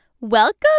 Welcome